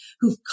who've